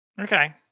Okay